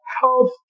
health